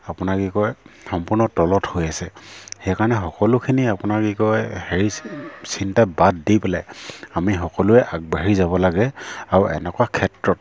আপোনৰ কি কয় সম্পূৰ্ণ তলত হৈ আছে সেইকাৰণে সকলোখিনি আপোনাৰ কি কয় হেৰি চি চিন্তা বাদ দি পেলাই আমি সকলোৱে আগবাঢ়ি যাব লাগে আৰু এনেকুৱা ক্ষেত্ৰত